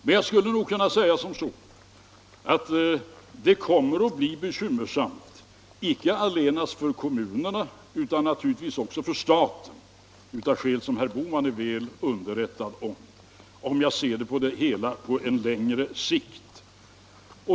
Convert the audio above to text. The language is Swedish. Men jag skulle nog kunna säga att det kommer att bli bekymmersamt icke allenast för kommunerna utan naturligtvis också för staten — av skäl som herr Bohman är väl underrättad om — om jag ser det hela på längre sikt.